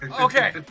Okay